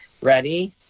ready